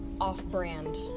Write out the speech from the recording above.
off-brand